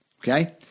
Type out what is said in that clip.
Okay